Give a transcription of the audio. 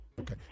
Okay